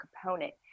component